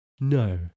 No